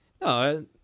No